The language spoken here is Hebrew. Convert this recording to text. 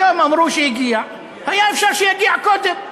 היום אמרו שהגיע, היה אפשר שיגיע קודם.